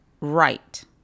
right